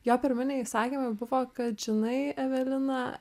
jo pirminiai įsakymai buvo kad žinai evelina